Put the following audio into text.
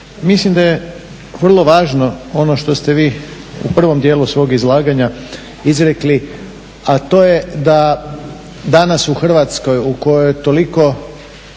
mislim da je vrlo važno ono što ste vi u prvom dijelu svog izlaganja izrekli, a to je da danas u Hrvatskoj u kojoj je toliko